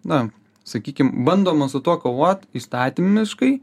na sakykim bandoma su tuo kovot įstatymiškai